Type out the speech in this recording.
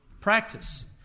practice